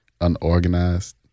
unorganized